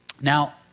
Now